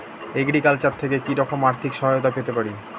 Agriculture থেকে কি রকম আর্থিক সহায়তা পেতে পারি?